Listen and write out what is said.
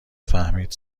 فهمید